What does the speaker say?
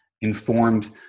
informed